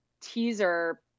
teaser